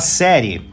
série